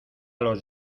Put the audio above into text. los